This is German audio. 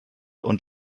und